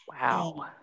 Wow